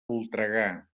voltregà